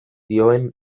dioen